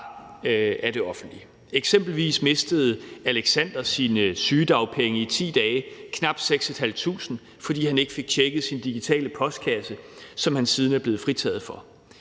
af det offentlige har. Eksempelvis mistede Alexander sine sygedagpenge i 10 dage, knap 6.500 kr., fordi han ikke fik tjekket sin digitale postkasse, som han siden er blevet fritaget for.